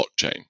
blockchain